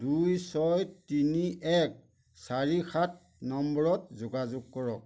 দুই ছয় তিনি এক চাৰি সাত নম্বৰত যোগাযোগ কৰক